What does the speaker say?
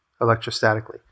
electrostatically